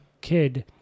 kid